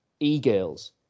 e-girls